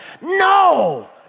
No